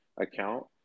account